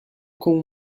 com